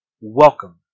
Welcome